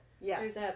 Yes